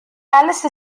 alice